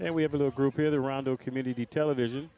and we have a little group here the round of community television